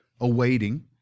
awaiting